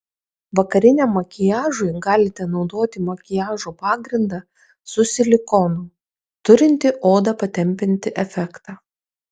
vakariniam makiažui galite naudoti makiažo pagrindą su silikonu turintį odą patempiantį efektą